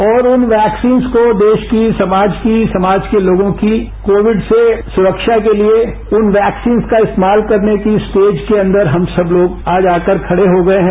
और उन वैक्सीन्स को देश की समाज की समाज के लोगों की कोविड से सुरक्षा के लिए इन वैक्सीन्स का इस्तेमाल करने की स्टेज के अंदर हम सब लोग आज आकर खड़े हो गए हैं